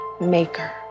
maker